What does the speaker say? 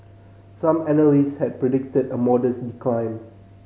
some analyst had predicted a modest decline